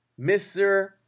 Mr